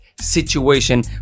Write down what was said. situation